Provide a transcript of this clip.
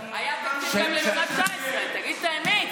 היה תקציב גם לשנת 2019. תגיד את האמת,